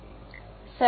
மாணவர் சரி